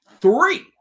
Three